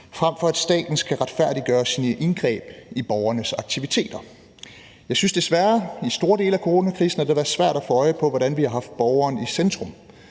frem for at staten skal retfærdiggøre sine indgreb i borgernes aktiviteter. Jeg synes desværre, at det under store dele af coronakrisen har været svært at få øje på, hvordan vi haft borgeren i centrum.